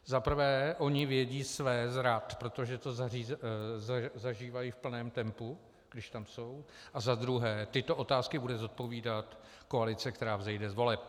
Za prvé, oni vědí své z Rad, protože to zažívají v plném tempu, když tam jsou, a za druhé, tyto otázky bude zodpovídat koalice, která vzejde z voleb.